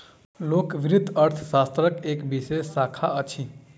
लोक वित्त अर्थशास्त्रक एक विशेष शाखा अछि